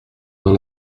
dans